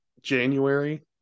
January